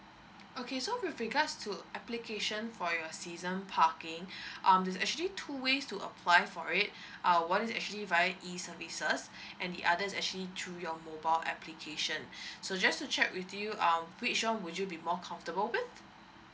okay so with regards to application for your season parking um there's actually two ways to apply for it err one is actually via E services and the others actually through your mobile application so just to check with you um which one would you be more comfortable with